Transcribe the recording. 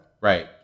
Right